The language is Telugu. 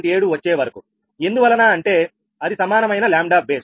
7 వచ్చేవరకు ఎందువలన అంటే అది సమానమైన 𝜆 బేస్